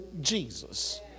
Jesus